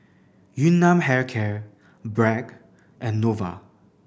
Yun Nam Hair Care Bragg and Nova